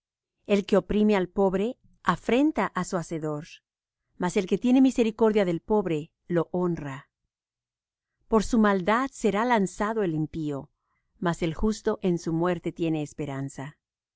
el que oprime al pobre afrenta á su hacedor mas el que tiene misericordia del pobre lo honra por su maldad será lanzado el impío mas el justo en su muerte tiene esperanza